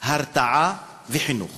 הרתעה וחינוך